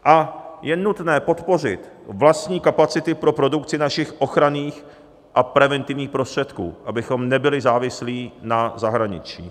A je nutné podpořit vlastní kapacity pro produkci našich ochranných a preventivních prostředků, abychom nebyli závislí na zahraničí.